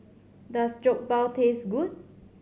does Jokbal taste good